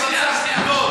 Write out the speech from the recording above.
רגע, שנייה, שנייה.